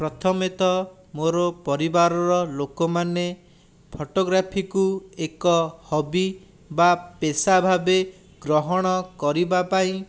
ପ୍ରଥମେ ତ ମୋର ପରିବାରର ଲୋକମାନେ ଫୋଟୋଗ୍ରାଫିକୁ ଏକ ହବି ବା ପେଶା ଭାବେ ଗ୍ରହଣ କରିବାପାଇଁ